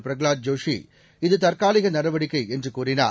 பிரகலாத் ஜோஷி இது தற்காலிக நடவடிக்கை என்று கூறினார்